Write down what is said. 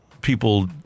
people